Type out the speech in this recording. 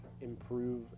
improve